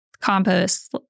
compost